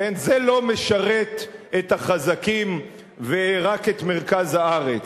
זה לא משרת את החזקים ורק את מרכז הארץ.